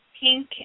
pink